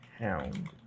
Hound